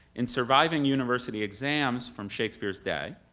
in surviving university exams from shakespeare's day,